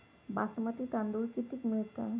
बासमती तांदूळ कितीक मिळता?